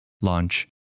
launch